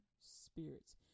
spirits